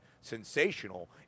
sensational